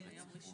באפריל,